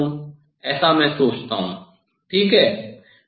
prism कोण ऐसा मैं सोचता हूँ ठीक है